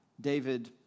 David